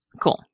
Cool